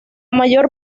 mayor